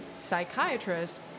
psychiatrist